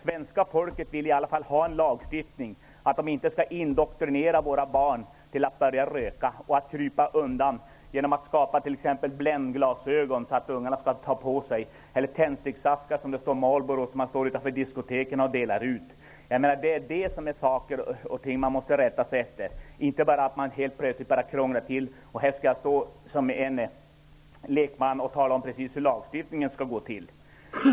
Svenska folket vill i alla fall ha en lagstiftning så, att våra barn inte indoktrineras till att börja att röka. Det skall inte vara möjligt att krypa undan lagstiftningen genom att tillverka t.ex. Blendglasögon som ungarna kan ta på sig eller tändsticksaskar som det står Marlboro på och som delas ut på diskoteken. Det är svenska folket som man måste rätta sig efter. Man skall inte bara plötsligt krångla till saker och ting. Som lekman kan jag inte stå här och tala om precis hur lagstiftningen skall gå till.